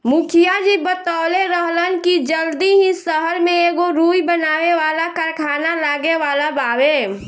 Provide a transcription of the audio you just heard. मुखिया जी बतवले रहलन की जल्दी ही सहर में एगो रुई बनावे वाला कारखाना लागे वाला बावे